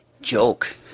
joke